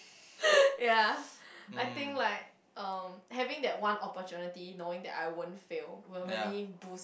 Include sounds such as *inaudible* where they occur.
*breath* ya I think like uh having that one opportunity knowing that I won't fail will really boost